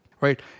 right